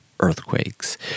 Earthquakes